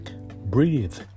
Breathe